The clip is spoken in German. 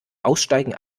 aussteigen